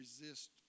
resist